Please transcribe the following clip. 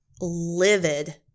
livid